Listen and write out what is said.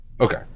Okay